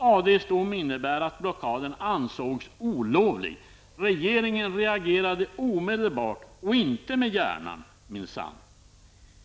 ADs dom innebar att blockaden ansågs olovlig. Regeringen reagerade omedelbart och inte med hjärnan, minsann.